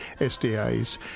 SDA's